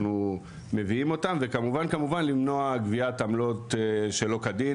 מביאים אותם וכמובן למנוע גביית עמלות שלא כדין,